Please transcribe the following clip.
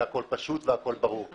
שהכול פשוט והכול ברור,